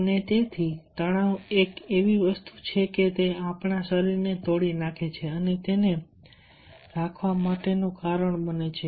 અને તેથી તણાવ એક એવી વસ્તુ છે કે તે આપણા શરીરને તોડી નાખે છે અને તેને રાખવા માટેનું કારણ બને છે